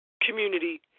community